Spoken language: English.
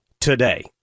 today